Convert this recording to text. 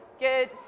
Good